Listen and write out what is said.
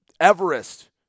Everest